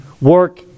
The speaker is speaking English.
work